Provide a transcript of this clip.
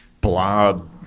blob